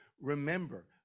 remember